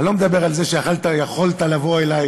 אני לא מדבר על זה שיכולת לבוא אלי